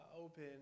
open